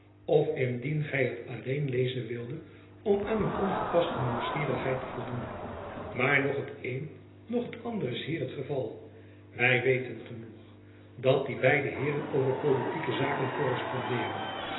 of indien gy het alleen lezen wildet om aan een ongepaste nieuwsgierigheid te voldoen maar noch het een noch het ander is hier het geval wy weten genoeg dat die beide heeren over politieke zaken korrespondeeren